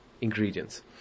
ingredients